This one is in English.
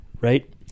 Right